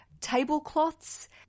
tablecloths